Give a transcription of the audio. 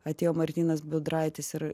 atėjo martynas budraitis ir